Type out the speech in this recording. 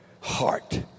heart